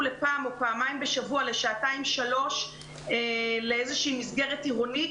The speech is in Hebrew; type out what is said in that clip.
לפעם או פעמיים בשבוע לשעתיים שלוש לאיזו מסגרת עירונית,